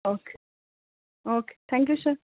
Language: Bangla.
okay okay thank you sir